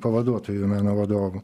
pavaduotoju meno vadovu